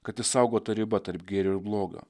kad išsaugota riba tarp gėrio ir blogio